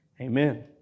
Amen